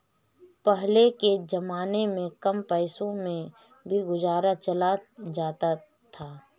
पहले के जमाने में कम पैसों में भी गुजारा चल जाता था